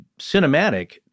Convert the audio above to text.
cinematic